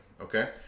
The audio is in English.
okay